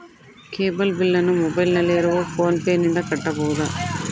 Cable ಬಿಲ್ಲನ್ನು ಮೊಬೈಲಿನಲ್ಲಿ ಇರುವ ಫೋನ್ ಪೇನಿಂದ ಕಟ್ಟಬಹುದಾ?